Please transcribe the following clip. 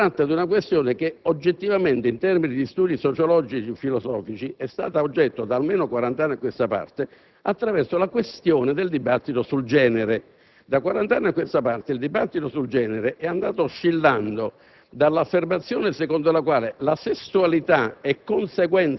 Dobbiamo considerare che nel nostro ordinamento costituzionale, non per un fatto giuridico, ma per un fatto di straordinario rilievo politico-sociale, l'ordinamento familiare non può essere stabilito dal Parlamento secondo un criterio che prescinda da quelli che ritengo essere i vincoli della Costituzione.